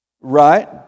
Right